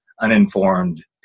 uninformed